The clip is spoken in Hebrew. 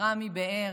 רמי באר,